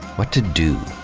what to do.